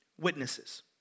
Witnesses